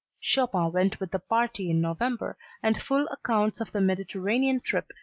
chopin went with the party in november and full accounts of the mediterranean trip,